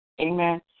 Amen